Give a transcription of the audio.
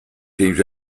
seems